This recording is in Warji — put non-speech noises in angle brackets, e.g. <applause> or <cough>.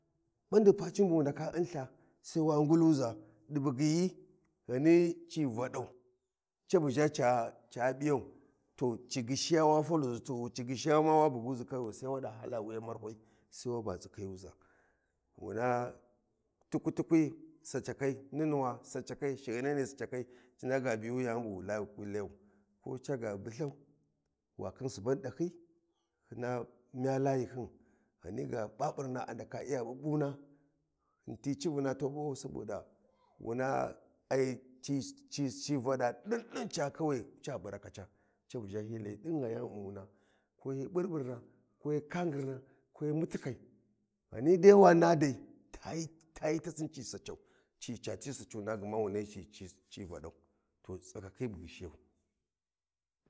Ɓandi pacin bu wu ndaka unltha sai wa ngulu za di bugyiyi Ghani ci vadau cabu zha ca cap’I yau to ci ghishiya wa falu to ci ghishiya ma wa buguzi kawa yu sai wa tsikhi yu zhi wa hala wuyi marwai sai wa ba tsikhiyu za wuna tukwi tukwi salakai nunuwa sacaka shiganene cl ndaka ga biyu yani bu layu kwi layau ko caga bulthay wa khin suban dahyi hyina mya layihyun Ghani ga baburna a ndaka iya bubuna hyi ti civina tu bubau saboda <noise> wuna ai ci ci ci vada din din ca kawa yu ca burakaca ca ba hyi layi di gha yan ghumuna ko hyi baburna ko hyi kahgirna ko hyi mutikai Ghani dai wana dai tayi tayi ta sin ci sacan cati sacuna gma wu nahyi ci vadau to tsikakhi bu gyishiyau.